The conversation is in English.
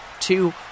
two